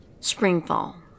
Springfall